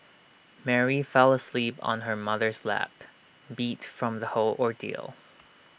Mary fell asleep on her mother's lap beat from the whole ordeal